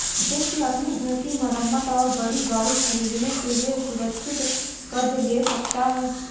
व्यक्ति अपने घर की मरम्मत और बड़ी गाड़ी खरीदने के लिए असुरक्षित कर्ज ले सकता है